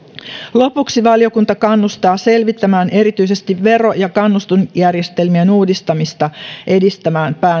lopuksi valiokunta kannustaa selvittämään erityisesti vero ja kannustinjärjestelmien uudistamista edistämään